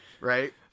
Right